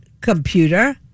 computer